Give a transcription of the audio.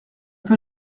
peu